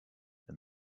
and